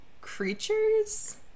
creatures